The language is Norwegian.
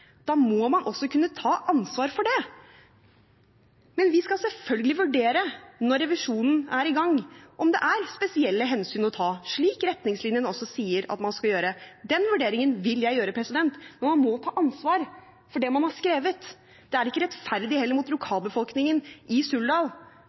Da må man også kunne ta ansvar for det. Vi skal selvfølgelig vurdere, når revisjonen er i gang, om det er spesielle hensyn å ta, slik retningslinjene også sier at man skal gjøre. Den vurderingen vil jeg gjøre. Men man må ta ansvar for det man har skrevet. Det er heller ikke rettferdig mot